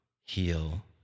heal